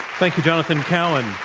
thank you, jonathan cowan.